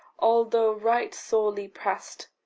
although right sorely prest,